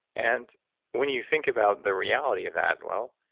and when you think about the reality of that, well,